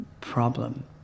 problem